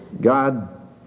God